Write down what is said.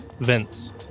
vents